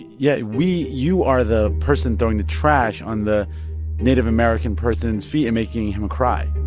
yeah we you are the person throwing the trash on the native american person's feet and making him cry